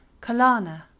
Kalana